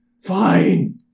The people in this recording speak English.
fine